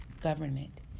government